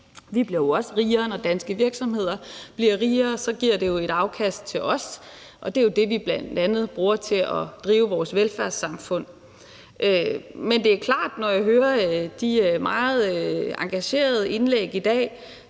Vi bliver jo også rigere, når danske virksomheder bliver rigere – så giver det jo et afkast til os, og det er det, vi bl.a. bruger til at drive vores velfærdssamfund. Men det er klart, at når jeg hører de meget engagerede indlæg i dag,